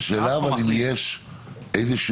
השאלה, האם יש דרך?